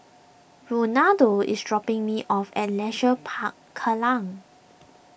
Ronaldo is dropping me off at Leisure Park Kallang